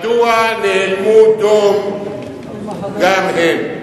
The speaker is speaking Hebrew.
מדוע נאלמו דום גם הם?